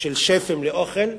של שפים לאוכל,